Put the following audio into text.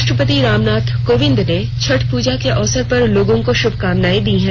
राष्ट्रपति रामनाथ कोविंद ने छठ पूजा के अवसर पर लोगों को शुभकामनाएं दी है